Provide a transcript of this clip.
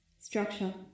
Structure